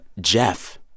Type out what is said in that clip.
Jeff